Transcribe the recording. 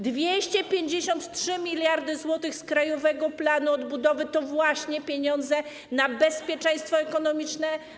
253 mld zł z Krajowego Planu Odbudowy to właśnie pieniądze na bezpieczeństwo ekonomiczne.